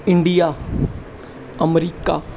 India America